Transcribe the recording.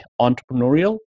entrepreneurial